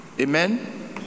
amen